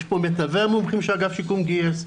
יש פה מטובי המומחים שאגף השיקום גייס,